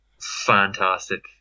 fantastic